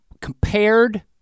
compared